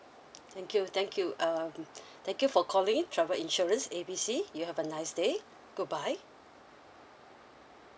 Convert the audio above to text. thank you thank you um thank you for calling travel insurance A B C you have a nice day goodbye